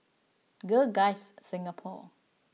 Girl Guides Singapore